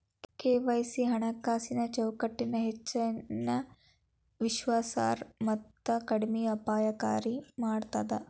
KYC ಹಣಕಾಸಿನ್ ಚೌಕಟ್ಟನ ಹೆಚ್ಚಗಿ ವಿಶ್ವಾಸಾರ್ಹ ಮತ್ತ ಕಡಿಮೆ ಅಪಾಯಕಾರಿ ಮಾಡ್ತದ